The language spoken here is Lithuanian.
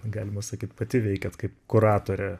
galima sakyti pati veikiat kaip kuratorė